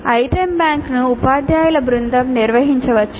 item బ్యాంక్ను ఉపాధ్యాయుల బృందం నిర్వహించవచ్చు